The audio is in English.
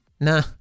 Nah